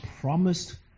promised